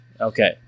Okay